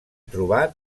trobar